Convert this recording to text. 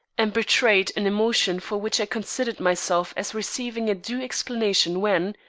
and betrayed an emotion for which i considered myself as receiving a due explanation when,